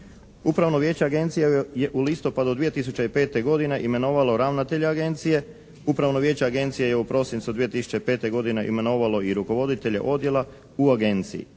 Upravno vijeće Agencije je u listopadu 2005. imenovalo ravnatelja Agencije, Upravno vijeće Agencije je u prosincu 2005. godine imenovalo i rukovoditelje odjela u Agenciji.